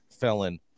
felon